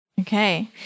Okay